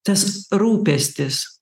tas rūpestis